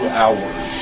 hours